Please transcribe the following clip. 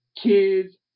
kids